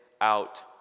out